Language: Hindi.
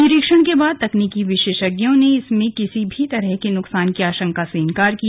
निरीक्षण के बाद तकनीकि विशेषज्ञों ने इसमें किसी भी तरह के नुकसान की आशंका से इंकार किया